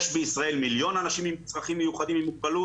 יש בישראל מיליון אנשים עם צרכים מיוחדים ומוגבלות.